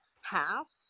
half